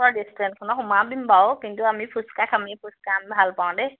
তই ৰেষ্টুৰেণ্টখনত সোমাই দিম বাৰু কিন্তু আমি ফুচকা খামে ফুচকা আমি ভাল পাওঁ দেই